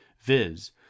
viz